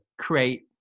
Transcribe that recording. create